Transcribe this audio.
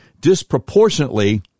disproportionately